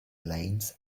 lanes